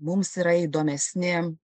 mums yra įdomesni